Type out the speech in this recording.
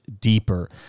deeper